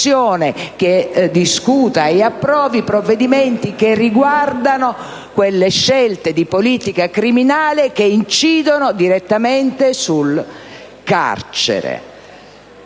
che discuta e approvi provvedimenti che riguardano quelle scelte di politica criminale che incidono direttamente sul carcere.